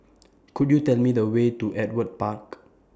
Could YOU Tell Me The Way to Ewart Park